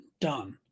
done